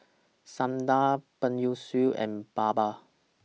Sundar Peyush and Baba